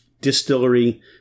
distillery –